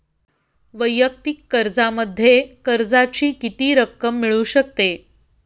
वैयक्तिक कर्जामध्ये कर्जाची किती रक्कम मिळू शकते?